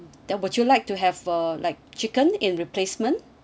then would you like to have uh like chicken in replacement